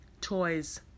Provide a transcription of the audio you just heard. toys